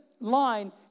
line